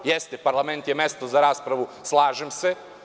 Jeste, parlament je mesto za raspravu, slažem se.